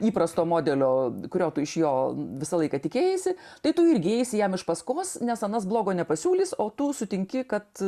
įprasto modelio kurio tu iš jo visą laiką tikėjaisi tai tu irgi eisi jam iš paskos nes anas blogo nepasiūlys o tu sutinki kad